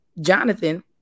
Jonathan